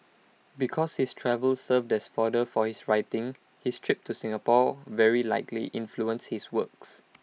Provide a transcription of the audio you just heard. because his travels served as fodder for his writing his trip to Singapore very likely influenced his works